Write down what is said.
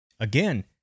Again